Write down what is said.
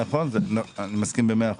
אני מסכים במאה אחוז.